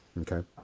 Okay